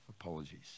Apologies